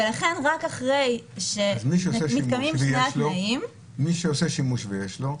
ולכן רק אחרי שמתקיימים שני התנאים --- מי שעושה שימוש ויש לו,